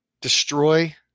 destroy